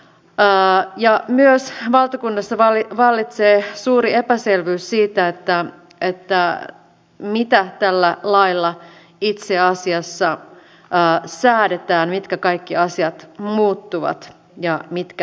b ammattiliittoja ja myös valtakunnassa vallitsee suuri epäselvyys siitä mitä tällä lailla itse asiassa säädetään mitkä kaikki asiat muuttuvat ja mitkä eivät